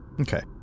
Okay